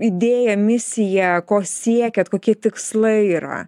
idėja misija ko siekiat kokie tikslai yra